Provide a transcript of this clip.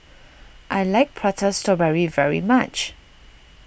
I like Prata Strawberry very much